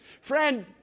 Friend